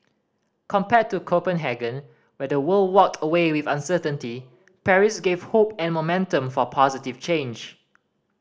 compared to Copenhagen where the world walked away with uncertainty Paris gave hope and momentum for positive change